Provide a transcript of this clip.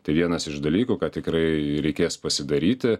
tai vienas iš dalykų ką tikrai reikės pasidaryti